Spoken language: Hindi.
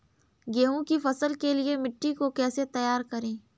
गेहूँ की फसल के लिए मिट्टी को कैसे तैयार करें?